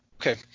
Okay